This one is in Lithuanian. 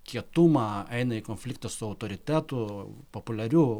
kietumą eina į konfliktą su autoritetu populiariu